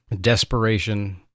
desperation